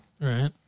Right